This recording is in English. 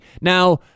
now